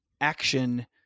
action